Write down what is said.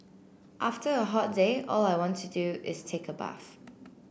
after a hot day all I want to do is take a bath